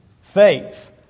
Faith